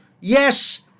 Yes